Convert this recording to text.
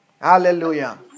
Hallelujah